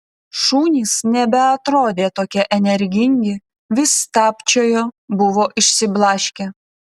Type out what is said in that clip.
šunys nebeatrodė tokie energingi vis stabčiojo buvo išsiblaškę